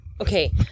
okay